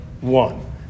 one